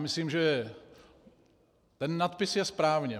Myslím, že nadpis je správně.